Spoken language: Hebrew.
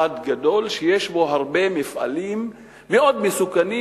גדול שיש בו הרבה מאוד מפעלים מאוד מסוכנים,